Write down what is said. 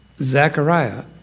Zechariah